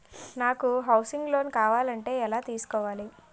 నాకు housing loan కావాలంటే ఎలా తీసుకోవాలి?